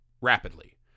rapidly